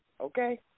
okay